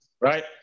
Right